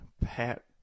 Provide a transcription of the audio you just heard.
Pat